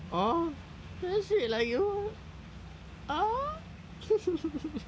!aww! so sweet lah you !aww!